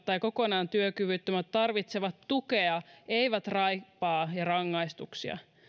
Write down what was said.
tai kokonaan työkyvyttömät tarvitsevat tukea eivät raippaa ja rangaistuksia